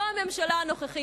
לא הממשלה הנוכחית,